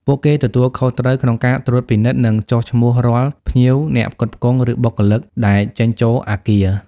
ពួកគេទទួលខុសត្រូវក្នុងការត្រួតពិនិត្យ និងចុះឈ្មោះរាល់ ភ្ញៀវ អ្នកផ្គត់ផ្គង់ ឬបុគ្គលិក ដែលចេញចូលអគារ។